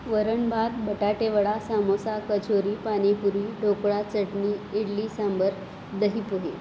वरण भात बटाटे वडा सामोसा कचोरी पाणीपुरी ढोकळा चटणी इडली सांबर दहीपोहे